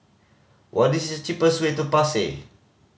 what is the cheapest way to Pasir